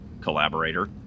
collaborator